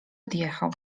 odjechał